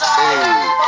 Hey